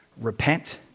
Repent